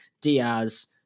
diaz